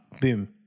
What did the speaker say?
Boom